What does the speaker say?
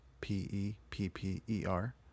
P-E-P-P-E-R